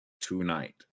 tonight